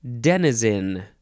Denizen